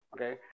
okay